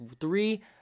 three